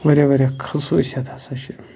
واریاہ واریاہ خصوٗصِیت ہسا چھِ